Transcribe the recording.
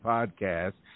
Podcast